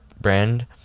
brand